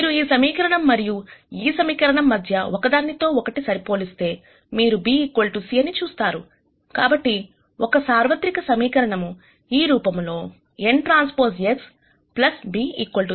మీరు ఈ సమీకరణం మరియు ఈ సమీకరణం మధ్య ఒకదానితో ఒకటి సరిపోలిస్తే మీరు bc అని చూస్తారు కాబట్టి ఒక సార్వత్రిక సమీకరణం ఈ రూపంలో nTX b 0 గా రాయవచ్చు